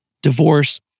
divorce